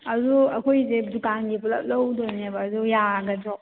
ꯑꯗꯨ ꯑꯩꯈꯣꯏꯁꯦ ꯗꯨꯀꯥꯟꯒꯤ ꯄꯨꯂꯞ ꯂꯧꯗꯣꯏꯅꯦꯕ ꯑꯗꯨ ꯌꯥꯒꯗ꯭ꯔꯣ